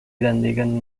grandegan